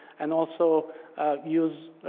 and also use